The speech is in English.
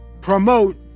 promote